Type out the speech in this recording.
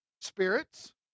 spirits